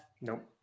Nope